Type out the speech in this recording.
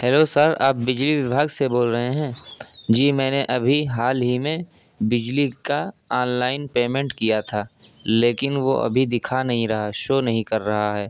hello sir آپ بجلی ویبھاگ سے بول رہے ہیں جی میں نے ابھی حال ہی میں بجلی کا آن لائن پیمنٹ کیا تھا لیکن وہ ابھی دکھا نہیں رہا ہے شو نہیں کر رہا ہے